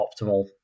optimal